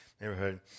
neighborhood